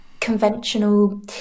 conventional